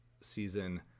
season